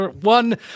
one